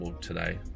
today